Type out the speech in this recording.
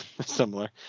similar